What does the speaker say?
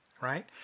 right